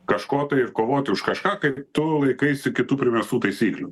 kažko tai ir kovoti už kažką kai tu laikaisi kitų primestų taisyklių